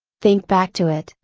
think back to it,